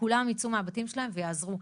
וכולם יצאו מהבתים שלהם ויעזרו.